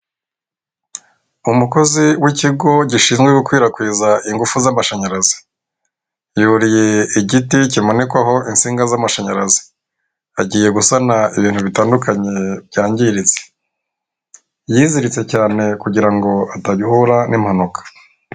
Umukozi w'ikigo gishinzwe gukwirakwiza ingufu z'amashanyarazi. Yuriye igiti kimanikwaho insinga z'amashanyarazi. Agiye gusana ibintu bitandukanye byangiritse, yiziritse cyane kugirango adahura n'impanuka.